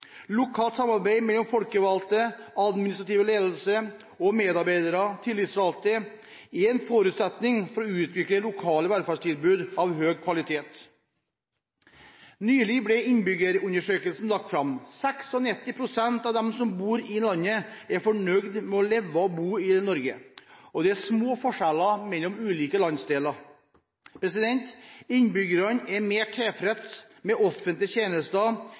Lokalt samarbeid mellom folkevalgte, den administrative ledelsen, medarbeidere og tillitsvalgte er en forutsetning for å utvikle lokale velferdstilbud av høg kvalitet. Nylig ble innbyggerundersøkelsen lagt fram. 96 pst. av dem som bor i landet, er fornøyd med å leve og bo i Norge. Det er små forskjeller mellom ulike landsdeler. Innbyggerne er mer tilfredse med offentlige tjenester